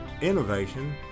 innovation